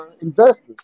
investors